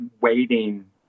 waiting